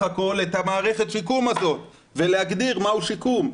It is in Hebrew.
הכול את מערכת השיקום הזאת ולהגדיר מהו שיקום.